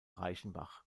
reichenbach